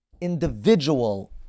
individual